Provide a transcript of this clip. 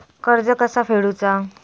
कर्ज कसा फेडुचा?